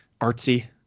artsy